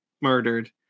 murdered